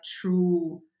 true